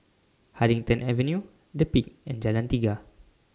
Huddington Avenue The Peak and Jalan Tiga